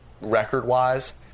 record-wise